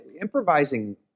improvising